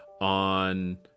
on